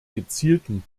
gezielten